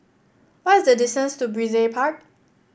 what is the distance to Brizay Park